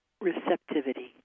receptivity